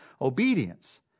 obedience